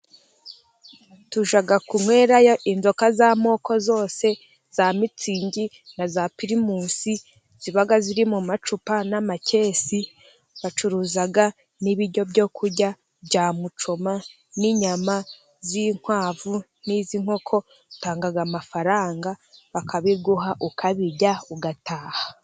Tujya kunywerayo inzoga z'amoko zose za mitsingi na za pirimusi. Ziba ziri mu macupa n'amakesi. Bacuruza n'ibiryo byo kurya bya mucoma n'inyama z'inkwavu n'iz'inkoko. Utanga amafaranga bakabiguha, ukabirya ugataha.